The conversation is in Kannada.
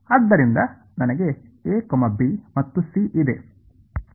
ಆದ್ದರಿಂದ ನನಗೆ a b ಮತ್ತು c ಇದೆ